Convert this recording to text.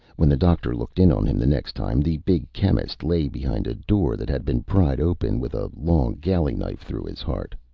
when the doctor looked in on him the next time, the big chemist lay behind a door that had been pried open, with a long galley knife through his heart.